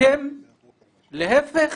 אתם להיפך?